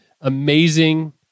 amazing